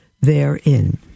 therein